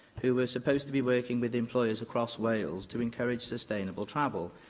who were supposed to be working with employers across wales to encourage sustainable travel,